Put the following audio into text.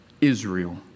Israel